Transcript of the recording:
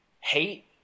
hate